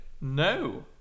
no